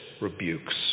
rebukes